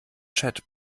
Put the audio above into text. chat